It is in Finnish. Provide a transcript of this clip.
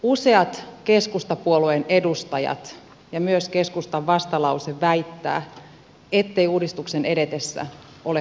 useat keskustapuolueen edustajat ja myös keskustan vastalause väittävät ettei uudistuksen edetessä ole kuultu asiantuntijoita